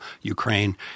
Ukraine